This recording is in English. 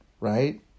right